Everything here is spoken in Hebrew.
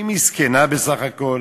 היא מסכנה בסך הכול,